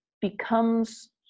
becomes